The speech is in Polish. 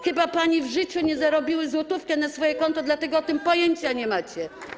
Chyba panie w życiu nie zarobiły złotówki na swoje konto, dlatego o tym pojęcia nie macie.